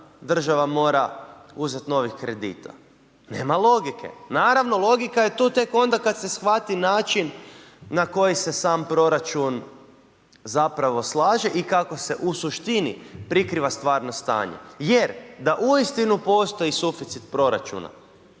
država mora uzet novih kredita? Nema logike. Naravno logika je tu tek onda kad se shvati način na koji se sam proračun zapravo slaže i kako se u suštini prikriva stvarno stanje. Jer da uistinu postoji suficit proračuna,